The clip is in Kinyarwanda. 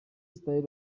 style